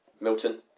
Milton